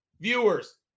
Viewers